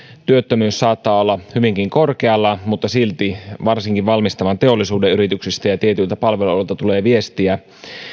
työttömyys saattaa olla hyvinkin korkealla mutta silti varsinkin valmistavan teollisuuden yrityksistä ja tietyiltä palvelualoilta tulee viestiä